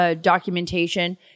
documentation